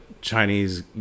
Chinese